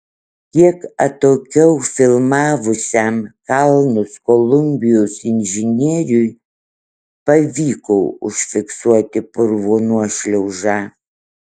kiek atokiau filmavusiam kalnus kolumbijos inžinieriui pavyko užfiksuoti purvo nuošliaužą